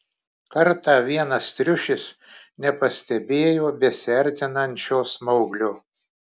kartą vienas triušis nepastebėjo besiartinančio smauglio